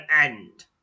end